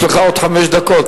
יש לך עוד חמש דקות,